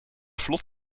vlot